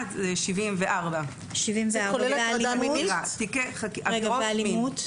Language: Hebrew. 74. 74. ואלימות?